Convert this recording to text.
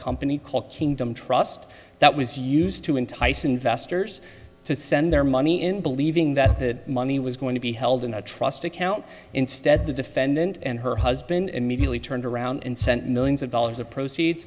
company called kingdom trust that was used to entice investors to send their money in believing that the money was going to be held in a trust account instead the defendant and her husband immediately turned around and sent millions of dollars of proceeds